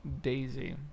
Daisy